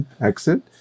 Exit